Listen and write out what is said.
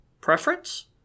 preference